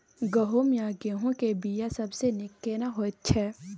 गहूम या गेहूं के बिया सबसे नीक केना होयत छै?